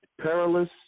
perilous